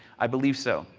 i believe so.